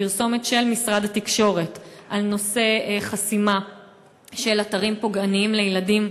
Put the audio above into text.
הפרסומת של משרד התקשורת על נושא חסימה של אתרים פוגעניים לילדים.